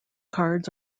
cards